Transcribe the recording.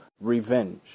revenge